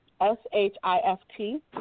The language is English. S-H-I-F-T